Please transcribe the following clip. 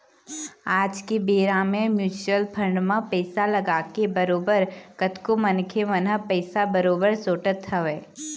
आज के बेरा म म्युचुअल फंड म पइसा लगाके बरोबर कतको मनखे मन ह पइसा बरोबर सोटत हवय